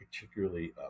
Particularly